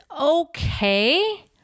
okay